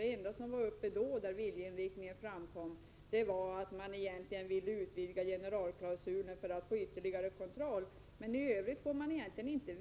Det enda fall där en viljeinriktning framkom då gällde att man ville utvidga generalklausulen för att få ytterligare kontroll. Men i övrigt får vi egentligen inte